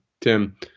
Tim –